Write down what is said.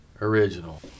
original